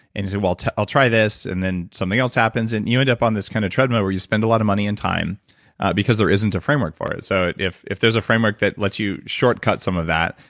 and you say, well, i'll try this, and then something else happens and you end up on this kind of treadmill where you spend a lot of money and time because there isn't a framework for it. so if if there's a framework that lets you shortcut some of that,